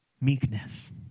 meekness